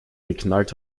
geknallt